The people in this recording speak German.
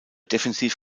defensiv